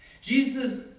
Jesus